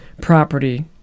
property